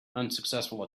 unsuccessful